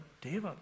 David